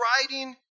writing